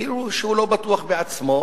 כאילו הוא לא בטוח בעצמו,